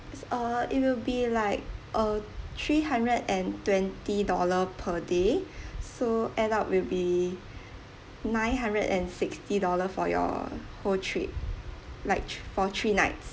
it's uh it will be like uh three hundred and twenty dollar per day so add up will be nine hundred and sixty dollar for your whole trip like tr~ for three nights